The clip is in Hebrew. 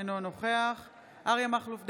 אינו נוכח אריה מכלוף דרעי,